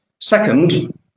second